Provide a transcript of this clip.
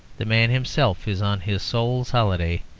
the man himself is on his soul's holiday,